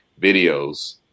videos